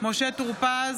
משה טור פז,